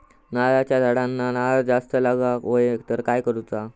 नारळाच्या झाडांना नारळ जास्त लागा व्हाये तर काय करूचा?